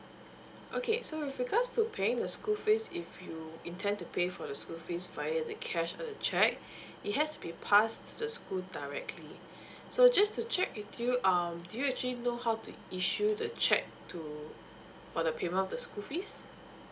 okay so with regards to paying the school fees if you intend to pay for the school fees via the cash or the check it has to be passed to the school directly so just to check with you um do you actually know how to issue the check to for the payment of the school fees